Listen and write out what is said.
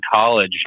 college